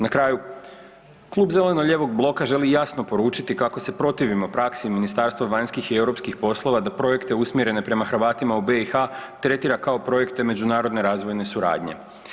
Na kraju Klub zeleno-lijevog bloka želi jasno poručiti kako se protivimo praksi Ministarstva vanjskih i europskih poslova da projekte usmjerene prema Hrvatima u BiH tretira kao projekte međunarodne razvojne suradnje.